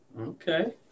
Okay